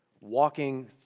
walking